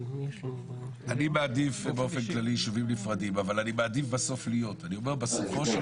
אני מעדיף יישובים נפרדים אבל בסופו של